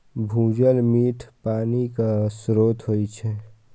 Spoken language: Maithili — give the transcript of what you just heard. भूजल मीठ पानिक स्रोत होइ छै